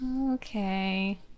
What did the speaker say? Okay